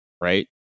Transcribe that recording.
right